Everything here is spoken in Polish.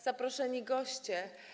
Zaproszeni Goście!